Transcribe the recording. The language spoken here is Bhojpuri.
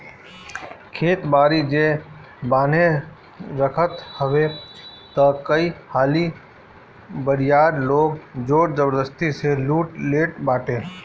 खेत बारी जे बान्हे रखत हवे तअ कई हाली बरियार लोग जोर जबरजस्ती से लूट लेट बाटे